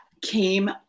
came